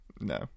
No